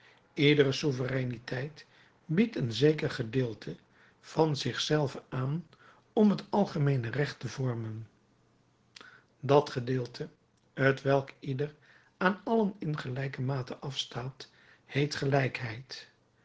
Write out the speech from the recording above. iedere souvereiniteit biedt een zeker gedeelte van zich zelve aan om het algemeene recht te vormen dat gedeelte t welk ieder aan allen in gelijke mate afstaat heet gelijkheid